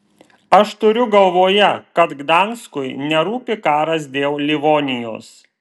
aš turiu galvoje kad gdanskui nerūpi karas dėl livonijos